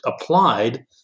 applied